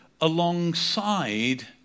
alongside